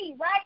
right